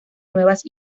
nuevas